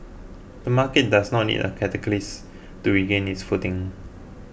the market does not need a catalyst to regain its footing